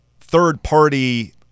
third-party